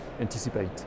anticipate